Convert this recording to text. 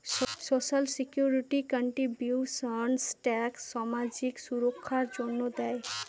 social security contributions tax সামাজিক সুররক্ষার জন্য দেয়